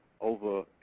over